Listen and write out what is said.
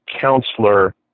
counselor